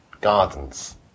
gardens